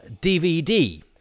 DVD